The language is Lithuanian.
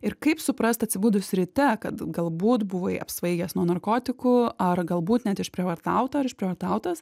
ir kaip suprast atsibudus ryte kad galbūt buvai apsvaigęs nuo narkotikų ar galbūt net išprievartauta ar išprievartautas